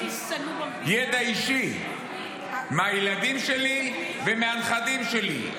ידע אישי מהילדים שלי ומהנכדים שלי.